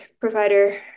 provider